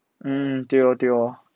mm 对咯对咯